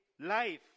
life